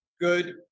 good